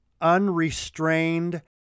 unrestrained